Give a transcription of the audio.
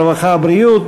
הרווחה והבריאות,